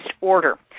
Order